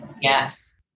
yes